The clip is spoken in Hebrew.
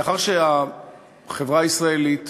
מאחר שהחברה הישראלית